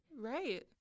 Right